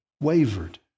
wavered